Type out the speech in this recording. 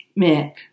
Mick